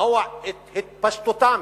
"למנוע את התפשטותם".